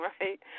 right